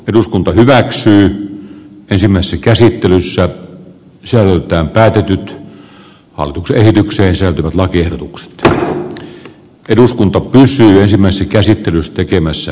eduskunta hyväksyi kauppaamisen kieltämisestä joka on siis kansainvälisesti hyväksytty sellaisena että siihen pitää pyrkiä